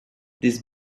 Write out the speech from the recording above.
this